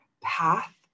path